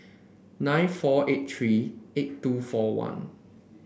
nine four eight three eight two four one